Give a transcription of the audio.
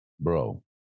Bro